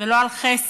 ולא על חסד,